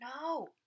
No